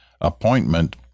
appointment